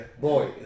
boy